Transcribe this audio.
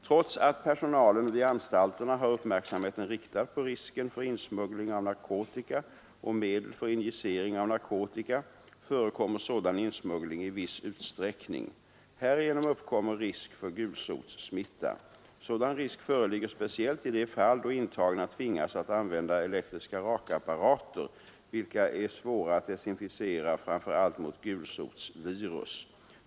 Trots att personalen vid anstalterna har uppmärksamheten riktad på risken för insmuggling av narkotika och medel för injicering av narkotika förekommer sådan insmuggling i viss utsträckning. Härigenom uppkommer risk för gulsotssmitta. Sådan risk föreligger speciellt i de fall då intagna tvingas att använda elektriska rakapparater, vilka är svåra att desinficera framför allt mot gulsotsvirus.